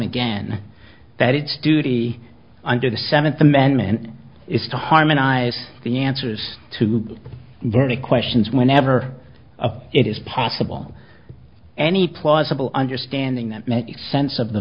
again that its duty under the seventh amendment is to harmonize the answers to very questions whenever it is possible any plausible understanding that makes sense of the